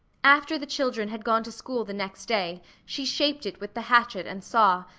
after the children had gone to school the next day she shaped it with the hatchet and saw,